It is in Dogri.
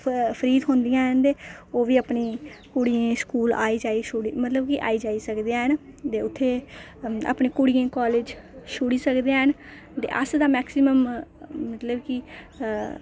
फ्री थ्होदियां ना ते ओह् बी अपनी कुड़ियें गी स्कूल आई जाई मतलब कि आई जाई सकदियां ना ते उत्थै अपनी कुडियें गी कालेज छोड़ी सकदे हैन ते अस ते मैक्सीमम मतलब कि है